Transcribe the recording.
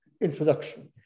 introduction